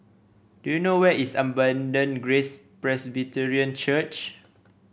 do you know where is Abundant Grace Presbyterian Church